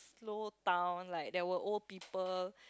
slow town like there were old people